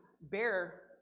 bear